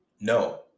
No